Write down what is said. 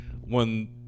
one